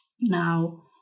now